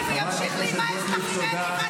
אישה חולנית.